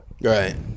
Right